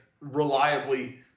reliably